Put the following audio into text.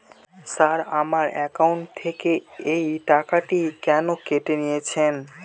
Sir আমার account থেকে এই টাকাটি কেন কেটে নিয়েছেন?